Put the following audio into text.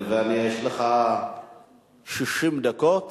יש לך 60 דקות,